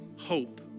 hope